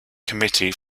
committee